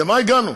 למה הגענו?